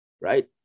right